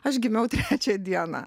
aš gimiau trečią dieną